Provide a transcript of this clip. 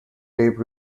tape